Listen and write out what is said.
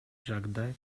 жагдай